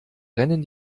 rennen